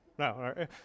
No